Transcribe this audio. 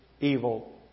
evil